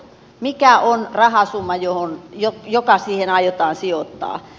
mikä on rahasumma joka siihen aiotaan sijoittaa